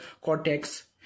Cortex